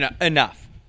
Enough